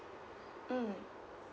mm